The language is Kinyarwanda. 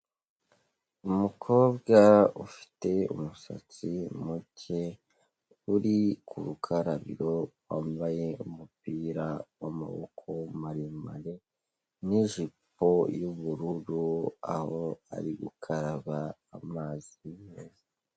Umukobwa ufite umusatsi muke, uri ku rukarabo wambaye umupira w'amaboko maremare, n'ijipo y'ubururu aho ari gukaraba amazi meza.